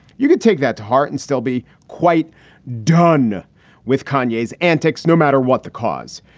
you can take that to heart and still be quite done with conway's antics, no matter what the cause.